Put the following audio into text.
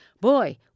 boy